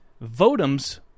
votum's